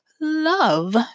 Love